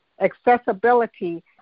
accessibility